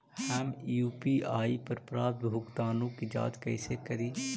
हम यु.पी.आई पर प्राप्त भुगतानों के जांच कैसे करी?